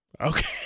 Okay